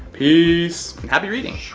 peace. happy reading.